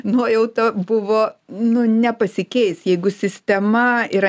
nuojauta buvo nu nepasikeis jeigu sistema yra